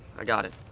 i got it.